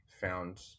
found